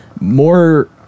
more